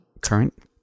current